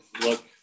look